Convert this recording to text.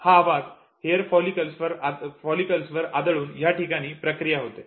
हा आवाज हेअर फॉलिकल्सवर आदळून ह्या ठिकाणी प्रक्रिया होते